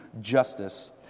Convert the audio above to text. justice